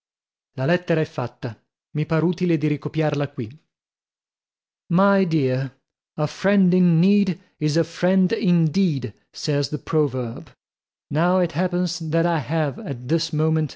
la lettera è fatta mi par utile di ricopiarla qui my dear a friend in need